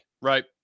Right